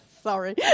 Sorry